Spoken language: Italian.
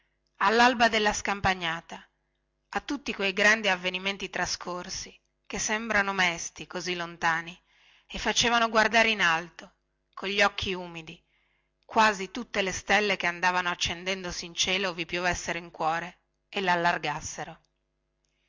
allalba della scampagnata a tutti quei grandi avvenimenti trascorsi che sembrano mesti così lontani e facevano guardare in alto cogli occhi umidi quasi tutte le stelle che andavano accendendosi in cielo vi piovessero in cuore e lallagassero jeli